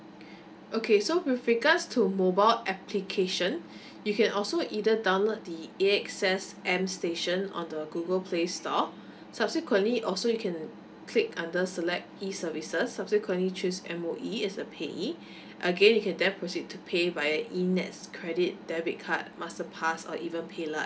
okay so with regards to mobile application you can also either download the A_X_S M station on the google playstore subsequently also you can click under select E services subsequently choose M_O_E as the payee again you can then proceed to pay via E N_E_T_S credit debit card master pass or even paylah